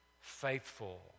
faithful